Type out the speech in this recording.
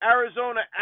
Arizona